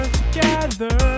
together